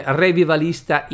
revivalista